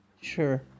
Sure